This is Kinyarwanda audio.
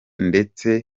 ndetse